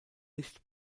nicht